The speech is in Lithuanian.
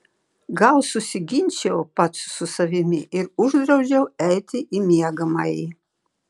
gal susiginčijau pats su savimi ir uždraudžiau eiti į miegamąjį